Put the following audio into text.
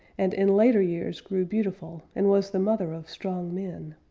and in later years grew beautiful, and was the mother of strong men.